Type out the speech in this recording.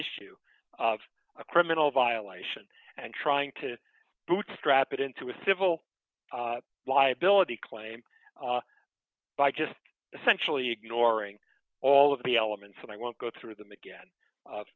issue of a criminal violation and trying to bootstrap it into a civil liability claim by just essentially ignoring all of the elements and i won't go through them again